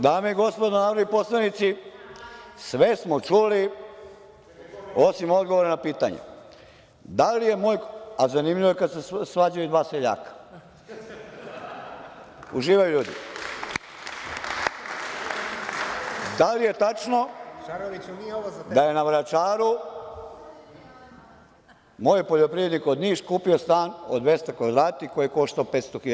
Dame i gospodo narodni poslanici, sve smo čuli, osim odgovora na pitanje, a zanimljivo je kada se svađaju dva seljaka, uživaju ljudi, da li je tačno da je na Vračaru moj poljoprivrednik od Niš kupio stan od 200 kvadrata koji je koštao 500.000 evra?